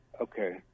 Okay